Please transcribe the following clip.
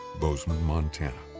bozeman, montana.